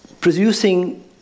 producing